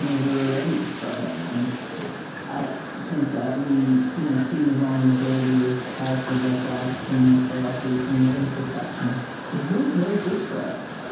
you know they're already struggling. and i think that we you know seeing the vulnerability of characters like that, seeing their frailties, seeing their imperfection is really very good for us.